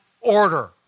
order